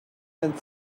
and